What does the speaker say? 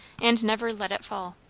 and never let it fall.